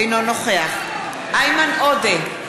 אינו נוכח איימן עודה,